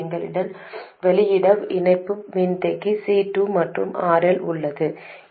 எங்களிடம் வெளியீடு இணைப்பு மின்தேக்கி C2 மற்றும் RL உள்ளது